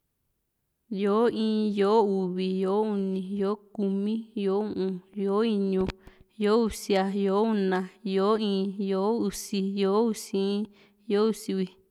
yó´o in, yó´o uvi, yó´o uni, yó´o kumi, yó´o u´n, yó´o iñu, yó´o usia, yó´o una, yó´o íín, yó´o usi, yó´o usi in, yó´o usi uvi